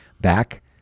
back